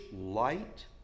light